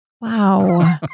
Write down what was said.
Wow